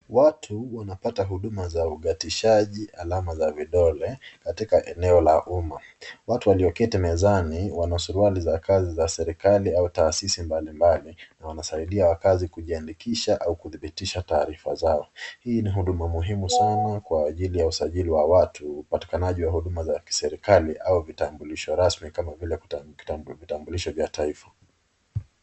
Watu wanapata huduma za ughatishaji alama za vidole katika eneo la umma. Watu walioketi mezani wana suruali za kazi za serikali au taasisi mbalimbali na wanasaidia wakazi kujiandikisha au kudhibitisha taarifa zao. Hii ni huduma muhimu sana kwa ajili ya usajili wa watu, upatikanaji wa huduma za kiserikali au vitambulisho rasmi kama vile vitambulisho vya taifa.